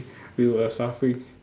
we were suffering